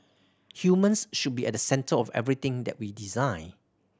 humans should be at the centre of everything that we design